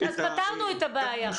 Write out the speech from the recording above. מוחמד, פתרנו את הבעיה.